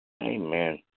Amen